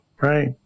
right